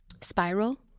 Spiral